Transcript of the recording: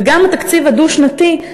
וגם התקציב הדו-שנתי,